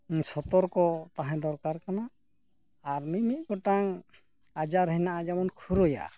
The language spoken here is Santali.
ᱥᱚᱛᱚᱨᱠᱚ ᱛᱟᱦᱮᱸ ᱫᱚᱨᱠᱟᱨ ᱠᱟᱱᱟ ᱟᱨ ᱢᱤᱢᱤᱫ ᱜᱚᱴᱟᱝ ᱟᱡᱟᱨ ᱦᱮᱱᱟᱜᱼᱟ ᱡᱮᱢᱚᱱ ᱠᱷᱩᱨᱟᱹᱭᱟ